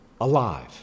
alive